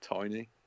tiny